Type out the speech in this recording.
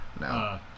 No